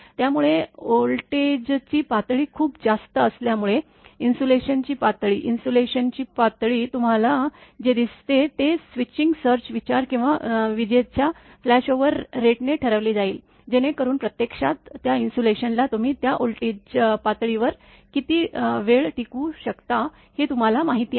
त्यामुळे व्होल्टेजची पातळी खूप जास्त असल्यामुळे इन्सुलेशनची पातळी इन्सुलेशनची पातळी तुम्हाला जे दिसते ते स्विचिंग सर्ज विचार किंवा विजेच्या फ्लॅशओव्हर रेटने ठरवले जाईल जेणेकरून प्रत्यक्षात त्या इन्सुलेशनला तुम्ही त्या व्होल्टेज पातळीवर किती वेळ टिकवू शकता हे तुम्हाला माहीत आहे